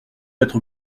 être